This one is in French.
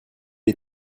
est